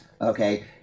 Okay